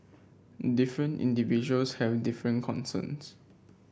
different individuals have different concerns